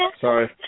sorry